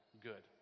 good